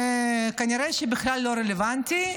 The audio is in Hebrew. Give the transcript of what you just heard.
הוא כנראה בכלל לא רלוונטי,